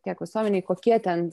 tiek visuomenei kokie ten